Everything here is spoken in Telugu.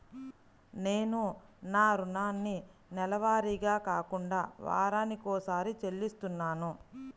నేను నా రుణాన్ని నెలవారీగా కాకుండా వారానికోసారి చెల్లిస్తున్నాను